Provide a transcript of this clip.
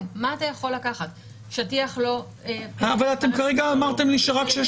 שאני מבקש גם מכם לחשוב